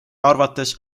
arvates